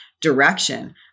direction